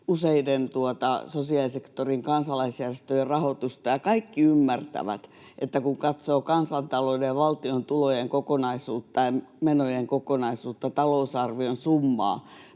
useiden sosiaalisektorin kansalaisjärjestöjen rahoitusta. Kaikki ymmärtävät, kun katsoo kansantalouden ja valtion tulojen kokonaisuutta ja menojen kokonaisuutta, talousarvion summaa,